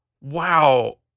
wow